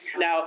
Now